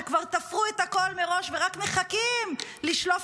שכבר תפרו את הכול מראש ורק מחכים לשלוף